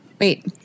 Wait